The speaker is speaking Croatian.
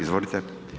Izvolite.